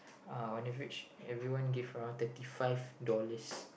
on average everyone gave around thirty five dollars